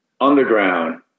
underground